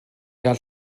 cael